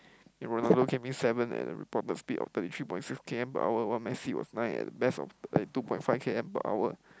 and Ronaldo came in seven and reported speed of thirty three point six K_M per hour while Messi was nine at best of thirty two point five K_M per hour